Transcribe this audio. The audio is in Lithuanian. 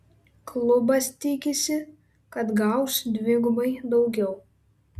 klubas tikisi kad gaus dvigubai daugiau